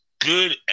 Good